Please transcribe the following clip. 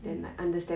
mm